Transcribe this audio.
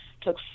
Took